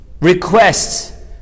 requests